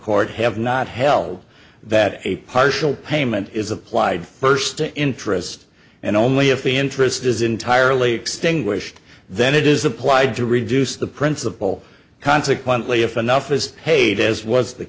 court have not held that a partial payment is applied first to interest and only if the interest is entirely extinguished then it is applied to reduce the principle consequently if enough is paid as was the